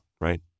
right